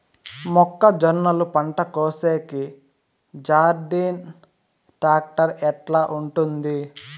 మొక్కజొన్నలు పంట కోసేకి జాన్డీర్ టాక్టర్ ఎట్లా ఉంటుంది?